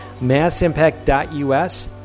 Massimpact.us